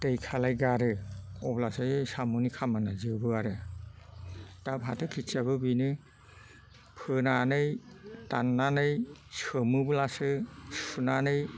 दै खालाय गारो अब्लासो साम'नि खामानिया जोबो आरो दा फाथो खेथिआबो बेनो फोनानै दाननानै सोमोब्लासो सुनानै